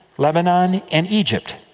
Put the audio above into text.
lebanon, and egypt,